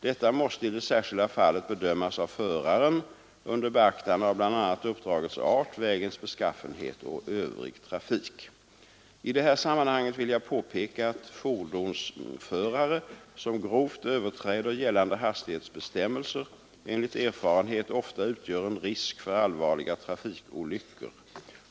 Detta måste i det särskilda fallet bedömas av föraren under beaktande av bl.a. uppdragets art, vägens beskaffenhet och övrig trafik. I det här sammanhanget vill jag påpeka att fordonsförare som grovt överträder gällande hastighetsbestämmelser enligt erfarenhet ofta utgör en risk för allvarliga trafikolyckor.